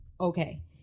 okay